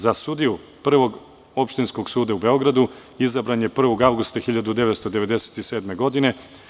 Za sudiju Prvog opštinskog suda u Beogradu izabran je 1. avgusta 1997. godine.